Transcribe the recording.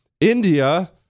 India